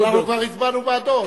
אנחנו כבר הצבענו בעדו.